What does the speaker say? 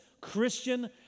Christian